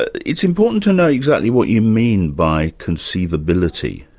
it's important to know exactly what you mean by conceivability.